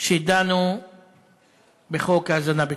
שדנו בחוק ההזנה בכפייה.